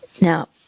Now